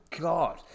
god